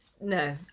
no